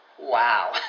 Wow